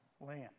land